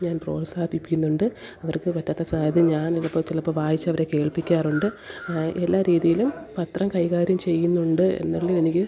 ഞാൻ പ്രോത്സാഹിപ്പിപ്പിക്കുന്നുണ്ട് അവർക്ക് പറ്റാത്ത സ അത് ഞാനിതിപ്പോൾ ചിലപ്പോൾ വായിച്ചവരെ കേൾപ്പിക്കാറുണ്ട് എല്ലാ രീതീലും പത്രം കൈകാര്യം ചെയ്യുന്നുണ്ട് എന്നുള്ളത് എനിക്ക്